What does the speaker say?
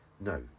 No